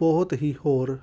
ਬਹੁਤ ਹੀ ਹੋਰ